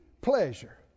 pleasure